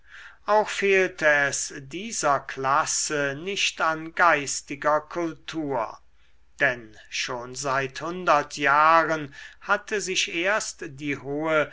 auch fehlte es dieser klasse nicht an geistiger kultur denn schon seit hundert jahren hatte sich erst die hohe